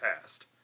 past